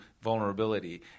vulnerability